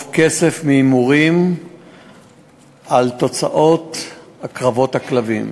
כסף מהימורים על תוצאות קרבות הכלבים.